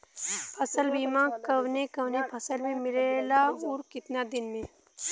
फ़सल बीमा कवने कवने फसल में मिलेला अउर कितना दिन में?